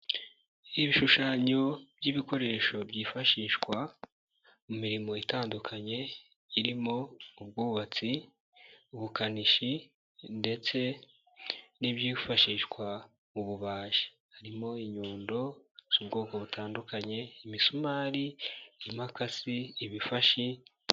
Ibishushanyo by'ibikoresho byifashishwa mu mirimo itandukanye, irimo ubwubatsi, ubukanishi ndetse n'ibyifashishwa mu bubaji, harimo inyundo, ubwoko butandukanye, imisumari, impakasi ibifashi.